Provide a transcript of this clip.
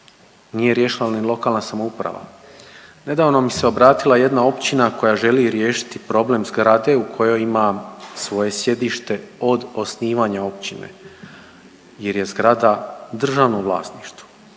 nije riješila ni lokalna samouprava. Nedavno mi se obratila jedna općina koja želi riješiti problem zgrade u kojoj ima svoje sjedište od osnivanja općine, jer je zgrada u državnom vlasništvu,